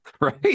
right